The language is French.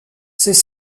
ses